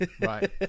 right